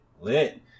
lit